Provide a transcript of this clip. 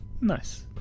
Nice